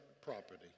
property